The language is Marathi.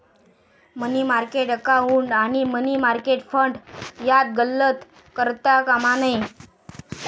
मनी मार्केट अकाउंट आणि मनी मार्केट फंड यात गल्लत करता कामा नये